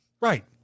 Right